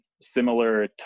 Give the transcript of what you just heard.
similar